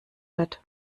wird